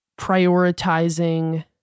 prioritizing